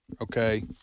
Okay